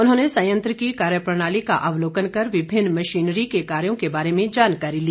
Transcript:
उन्होंने संयंत्र की कार्यप्रणाली का अवलोकन कर विभिन्न मशीनरी के कार्यो के बारे में जानकारी ली